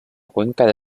cuenca